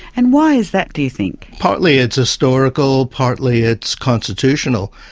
and why is that, do you think? partly it's historical, partly it's constitutional.